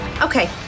Okay